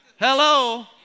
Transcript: Hello